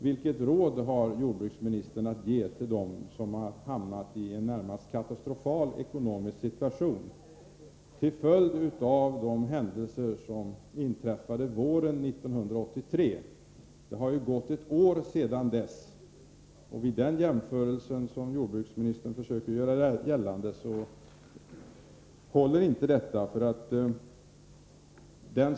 Vilket råd har jordbruksministern att ge dem som har hamnat i en närmast katastrofal ekonomisk situation till följd av händelserna under våren 1983? Det har nu gått ett år sedan dess. Den jämförelse som jordbruksministern gör stämmer inte.